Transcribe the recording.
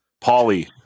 Polly